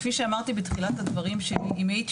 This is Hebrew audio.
כפי שאמרתי בתחילת הדברים שאם הייתי